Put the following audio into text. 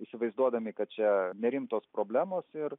įsivaizduodami kad čia nerimtos problemos ir